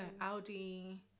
Audi